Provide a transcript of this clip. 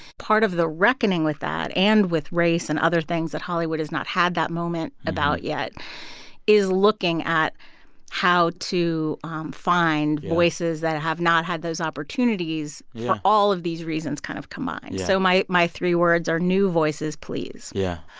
part of the reckoning with that and with race and other things that hollywood has not had that moment about yet is looking at how to um find voices that have not had those opportunities for all of these reasons kind of combined. so my my three words are new voices, please yeah.